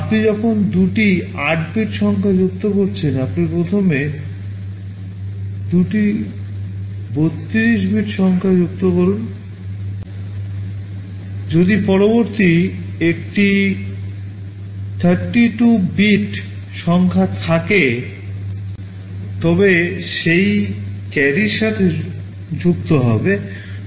আপনি যখন দুটি ৪ বিট সংখ্যা যুক্ত করছেন আপনি প্রথমে দুটি 32 বিট সংখ্যা যুক্ত করুন যদি পরবর্তী একটি 32 বিট সংখ্যা থাকে তবে সেই carryর সাথে যুক্ত হবে